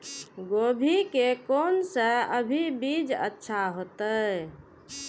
गोभी के कोन से अभी बीज अच्छा होते?